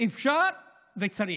אפשר וצריך.